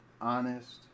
honest